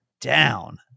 down